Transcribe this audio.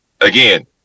again